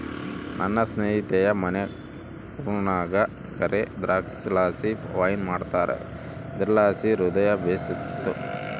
ನನ್ನ ಸ್ನೇಹಿತೆಯ ಮನೆ ಕೂರ್ಗ್ನಾಗ ಕರೇ ದ್ರಾಕ್ಷಿಲಾಸಿ ವೈನ್ ಮಾಡ್ತಾರ ಇದುರ್ಲಾಸಿ ಹೃದಯ ಬೇಶಿತ್ತು